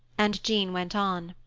and jean went on,